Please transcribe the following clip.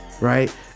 right